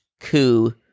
coup